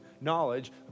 knowledge